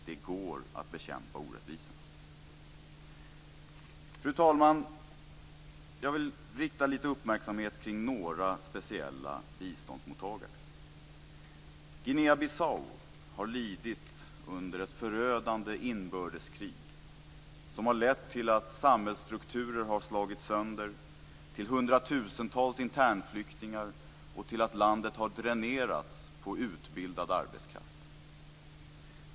Det går att bekämpa orättvisorna. Fru talman! Jag vill rikta lite uppmärksamhet på några speciella biståndsmottagare. Guinea-Bissau har lidit under ett förödande inbördeskrig som har lett till att samhällsstrukturer har slagits sönder, till hundratusentals internflyktingar och till att landet har dränerats på utbildad arbetskraft.